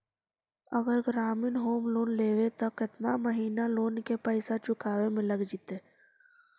अगर ग्रामीण home loan लेबै त केतना महिना लोन के पैसा चुकावे में लग जैतै?